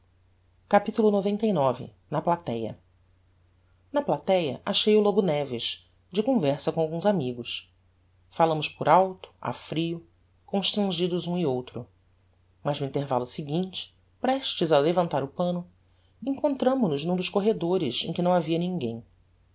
capitulo capitulo xcix na platéa na platéa achei o lobo neves de conversa com alguns amigos falámos por alto a frio constrangidos um e outro mas no intervallo seguinte prestes a levantar o panno encontramo nos n'um dos corredores em que não havia ninguem